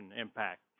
impact